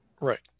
Right